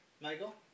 Michael